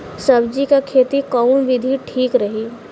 सब्जी क खेती कऊन विधि ठीक रही?